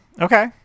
Okay